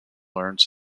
learns